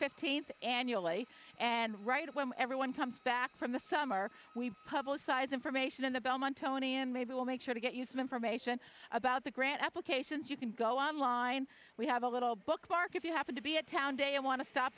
fifteenth annually and right when everyone comes back from the summer we publicize information in the belmont tony and maybe we'll make sure to get you some information about the grant applications you can go online we have a little bookmark if you happen to be a town day and want to stop